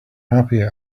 happy